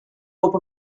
hope